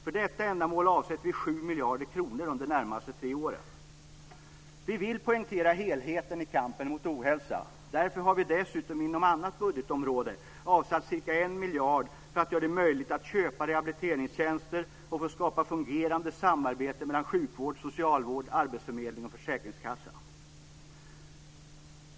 För detta ändamål avsätter vi nu 7 miljarder kronor under de närmaste tre åren. Vi vill poängtera helheten i kampen mot ohälsa. Därför har vi dessutom inom annat budgetområde avsatt ca 1 miljard kronor för att göra det möjligt att köpa rehabiliteringstjänster och skapa fungerande samarbete mellan sjukvård, socialvård, arbetsförmedling och försäkringskassa.